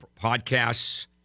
podcasts